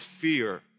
fear